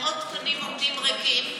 מאות תקנים עומדים ריקים,